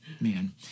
man